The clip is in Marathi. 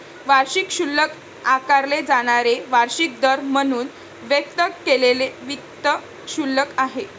वार्षिक शुल्क आकारले जाणारे वार्षिक दर म्हणून व्यक्त केलेले वित्त शुल्क आहे